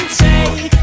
take